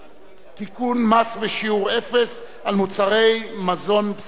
מס בשיעור אפס על מוצרי מזון בסיסיים),